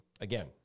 again